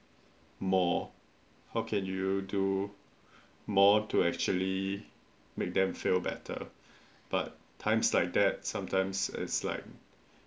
more how can you do more to actually make them feel better but times like that sometimes it's like